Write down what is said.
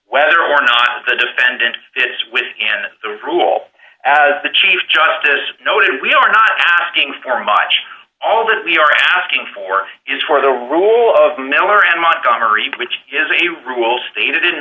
whether or not the defendant fits within the rule as the chief justice noted we are not asking for much all that we are asking for is for the rule of miller and montgomery which is a rule stated in